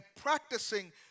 practicing